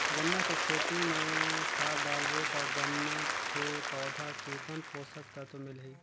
गन्ना के खेती मां खाद डालबो ता गन्ना के पौधा कितन पोषक तत्व मिलही?